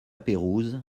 pérouse